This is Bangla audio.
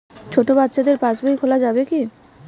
ছোট বাচ্চাদের পাশবই খোলা যাবে কি?